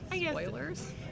spoilers